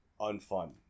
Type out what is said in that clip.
unfun